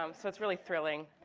um so it's really thrilling.